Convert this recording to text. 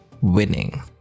Winning